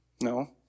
no